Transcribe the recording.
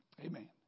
Amen